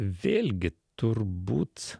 vėlgi turbūt